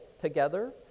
together